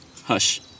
hush